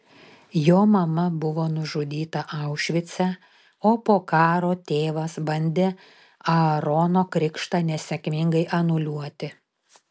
jo mama buvo nužudyta aušvice o po karo tėvas bandė aarono krikštą nesėkmingai anuliuoti